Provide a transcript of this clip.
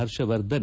ಪರ್ಷವರ್ಧನ್